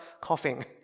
coughing